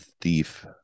Thief